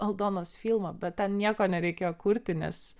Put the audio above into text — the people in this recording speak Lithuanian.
aldonos filmą bet ten nieko nereikėjo kurti nes